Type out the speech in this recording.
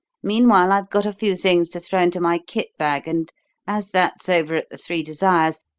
meanwhile, i've got a few things to throw into my kit-bag, and as that's over at the three desires,